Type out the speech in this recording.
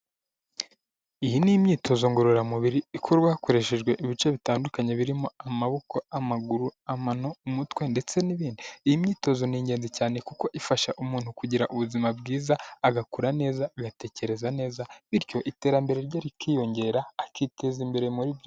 Iyi ni imyitozo ngororamubiri ikorwa hakoreshejwe ibice bitandukanye birimo amaboko, amaguru, amano, umutwe ndetse n'ibindi, iyi myitozo ni ingenzi cyane kuko ifasha umuntu kugira ubuzima bwiza, agakura neza, agatekereza neza, bityo iterambere rye rikiyongera akiteza imbere muri byose.